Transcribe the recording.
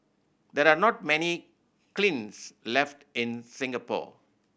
there are not many kilns left in Singapore